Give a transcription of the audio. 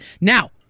Now